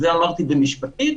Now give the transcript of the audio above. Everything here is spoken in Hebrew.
וזה אמרתי במשפטית.